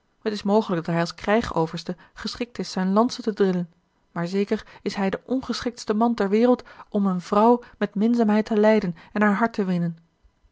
het is mogelijk dat hij als krijgoverste geschikt is zijne lantzen te drillen maar zeker is hij de ongeschiktste man ter wereld om eene vrouw met minzaamheid te leiden en haar hart te winnen